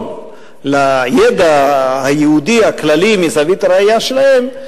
לידע היהודי הכללי מזווית הראייה שלהם,